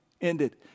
ended